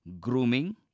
grooming